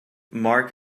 mark